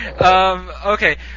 Okay